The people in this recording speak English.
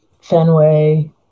Fenway